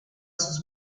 sus